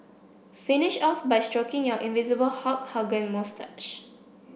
finish off by stroking your invisible Hulk Hogan moustache